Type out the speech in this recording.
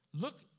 Look